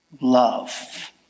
love